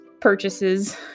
purchases